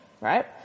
right